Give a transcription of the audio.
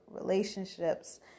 relationships